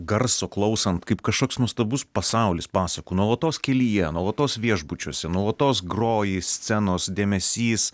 garso klausant kaip kažkoks nuostabus pasaulis pasakų nuolatos kelyje nuolatos viešbučiuose nuolatos groji scenos dėmesys